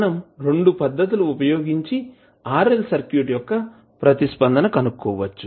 మనం 2 పద్ధతులు ఉపయోగించి RL సర్క్యూట్ యొక్క ప్రతిస్పందన కనుక్కోవచ్చు